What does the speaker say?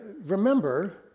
remember